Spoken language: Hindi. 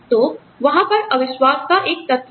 तो वहां पर अविश्वास का एक तत्व है